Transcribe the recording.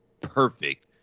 perfect